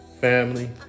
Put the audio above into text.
family